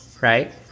right